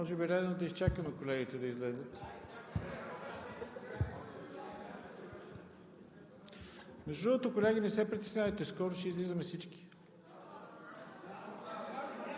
Може би е редно да изчакаме колегите да излязат. Между другото, колеги, не се притеснявайте, скоро ще излизаме всички.